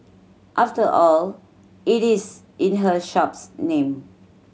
after all it is in her shop's name